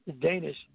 Danish